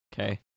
Okay